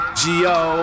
go